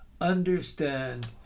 understand